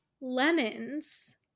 lemons